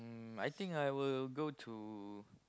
um I think I will go to